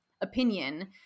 opinion